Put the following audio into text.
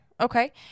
Okay